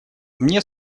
мне